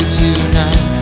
tonight